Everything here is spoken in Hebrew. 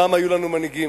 פעם היו לנו מנהיגים.